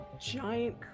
giant